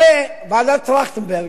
הרי ועדת-טרכטנברג,